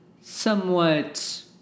somewhat